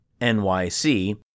NYC